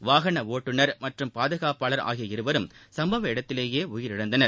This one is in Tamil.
வாகன ஓட்டுந் மற்றும் பாதுகாப்பாளர் ஆகிய இருவரும் சம்பவ இடத்திலேயே உயிரிழந்தனர்